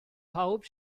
pawb